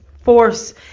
force